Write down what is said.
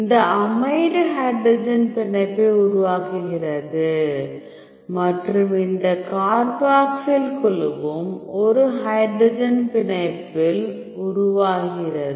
இந்த amide hydrogen பிணைப்பை உருவாக்குகிறது மற்றும் இந்த கார்பாக்சைல் குழுவும் ஒரு ஹைட்ரஜன் பிணைப்பில் உருவாகிறது